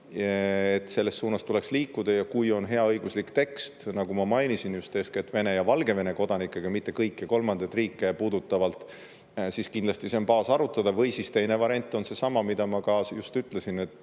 et selles suunas tuleks liikuda. Ja kui on hea õiguslik tekst, nagu ma mainisin, just eeskätt Vene ja Valgevene kodanikke, aga mitte kõiki kolmandaid riike puudutavalt, siis kindlasti see on baas arutada. Või siis teine variant on seesama, mida ma ka just ütlesin, et